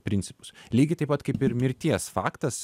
principus lygiai taip pat kaip ir mirties faktas